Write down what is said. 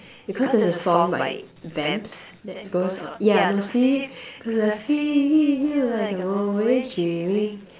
because there's song by Vamps that goes yeah no sleep cause I feel like I'm always dreaming